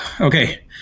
Okay